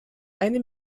eine